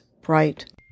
bright